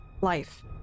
life